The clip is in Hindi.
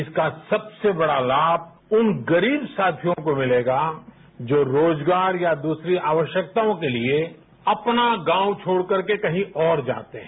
इसका सबसे बड़ा लाभ उन गरीब साथियों को मिलेगा जो रोजगारया दूसरी आवश्यकताओं के लिए अपना गाँव छोड़कर के कहीं और जाते हैं